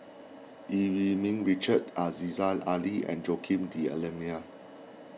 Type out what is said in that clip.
Yee Eu Ming Richard Aziza Ali and Joaquim D'Almeida